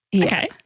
okay